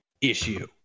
issue